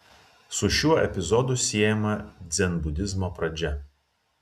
su šiuo epizodu siejama dzenbudizmo pradžia